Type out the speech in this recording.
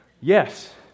Yes